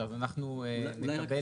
אנחנו נקבל